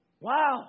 Wow